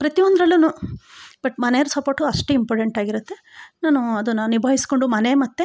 ಪ್ರತಿಯೊಂದರಲ್ಲೂನು but ಮನೆಯವ್ರ support ಅಷ್ಟೇ important ಆಗಿರುತ್ತೆ ನಾನು ಅದನ್ನು ನಿಭಾಯಿಸಿಕೊಂಡು ಮನೆ ಮತ್ತು